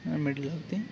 middle అయితే